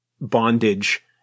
bondage